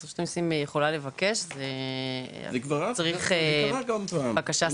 אז רשות המיסים יכולה לבקש --- זה קרה גם פעם,